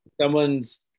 someone's